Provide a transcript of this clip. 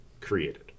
created